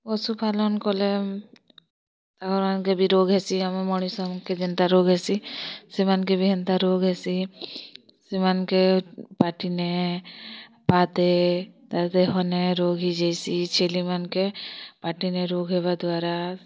ପଶୁ ପାଲନ୍ କଲେ ତାକର ମାନକେ ବି ରୋଗ ହେସି ଆମ ମିଣିଷ କେ ଯେନ୍ତା ରୋଗ ହେସି ସେମାନକେ ବି ହେନ୍ତା ରୋଗ ହେସି ସେମାନକେ ପାଟିନେ ପାତେ ତାର ଦେହନେ ରୋଗ ହେଇ ଯାଇସି ଛେଲି ମାନକେ ପାଟିନେ ରୋଗ ହେବା ଦ୍ୱାରା